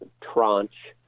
tranche